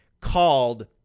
called